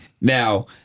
Now